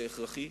זה הכרחי,